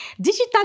digital